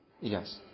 yes